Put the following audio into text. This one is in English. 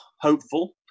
hopeful